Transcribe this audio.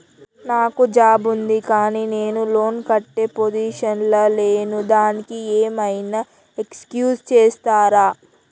నాకు జాబ్ ఉంది కానీ నేను లోన్ కట్టే పొజిషన్ లా లేను దానికి ఏం ఐనా ఎక్స్క్యూజ్ చేస్తరా?